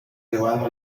elevado